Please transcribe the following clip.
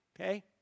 Okay